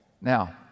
Now